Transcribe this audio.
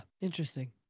Interesting